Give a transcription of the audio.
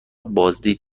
بازدید